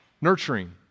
Nurturing